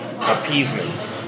appeasement